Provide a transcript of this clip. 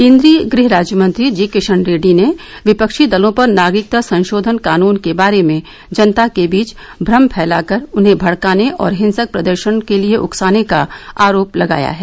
केंद्रीय गृह राज्यमंत्री जी किशन रेड्री ने विपक्षी दलों पर नागरिकता संशोधन कानुन के बारे में जनता के बीच भ्रम फैलांकर उन्हें भड़काने और हिंसक प्रदर्शन के लिए उकसाने का आरोप लगाया है